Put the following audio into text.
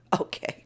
Okay